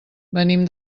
venim